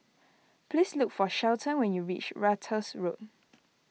please look for Shelton when you reach Ratus Road